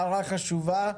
הערה חשובה,